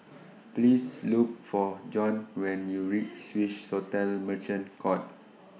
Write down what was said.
Please Look For Bjorn when YOU REACH Swissotel Merchant Court